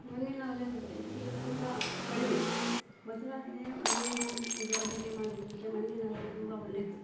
ಮಣ್ಣಿನ ಒಲೆ ಅಂದರೆ ಈಗ ತುಂಬ ಕಡಿಮೆ ಮೊದಲಾದರೆ ಮಣ್ಣಿನ ಅದು ಅಡುಗೆ ಮಾಡೋದಕ್ಕೆ ಮಣ್ಣಿನ ಒಲೆ ತುಂಬ ಒಳ್ಳೆಯದು